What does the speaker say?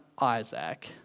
Isaac